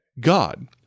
God